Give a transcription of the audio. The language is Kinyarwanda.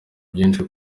byinshi